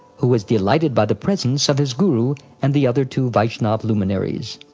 who was delighted by the presence of his guru and the other two vaishnava luminaries.